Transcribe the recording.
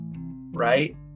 right